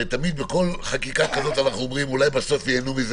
הרי תמיד בכל חקיקה כזאת אנחנו אומרים: אולי בסוף ייהנו מזה